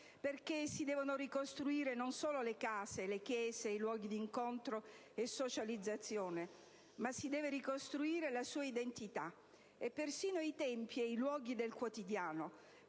era. Si devono infatti ricostruire non solo le case, le chiese, i luoghi di incontro e socializzazione, ma la sua identità e persino i tempi e i luoghi del quotidiano,